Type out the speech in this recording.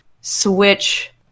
Switch